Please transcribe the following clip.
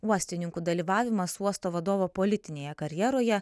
uostininkų dalyvavimas uosto vadovo politinėje karjeroje